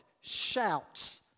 shouts